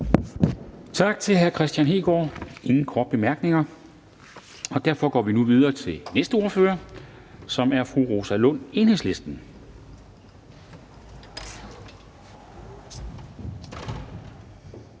Tak til hr. Kristian Hegaard. Der er ingen korte bemærkninger, og derfor går vi nu videre til næste ordfører, som er fru Rosa Lund, Enhedslisten.